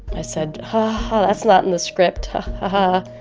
i said, ha-ha, that's not in the script, ha-ha.